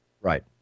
Right